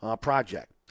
project